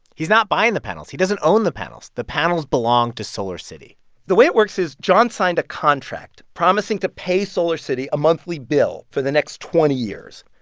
he's not buying the panels. he doesn't own the panels. the panels belong to solarcity the way it works is john signed a contract promising to pay solarcity a monthly bill for the next twenty years.